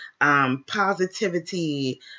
positivity